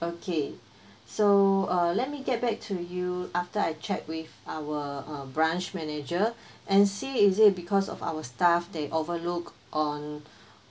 okay so uh let me get back to you after I checked with our uh branch manager and see is it because of our staff they overlook on